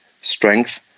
strength